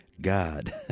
God